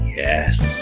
yes